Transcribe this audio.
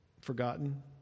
forgotten